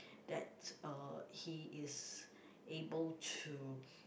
that's uh he is able to